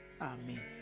Amen